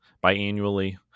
bi-annually